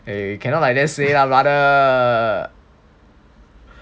you cannot like that say lah brother